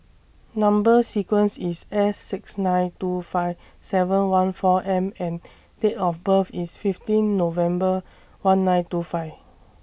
Number sequence IS S six nine two five seven one four M and Date of birth IS fifteen November one nine two five